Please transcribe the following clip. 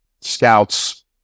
scouts